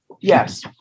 Yes